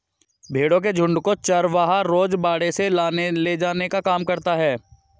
भेंड़ों के झुण्ड को चरवाहा रोज बाड़े से लाने ले जाने का काम करता है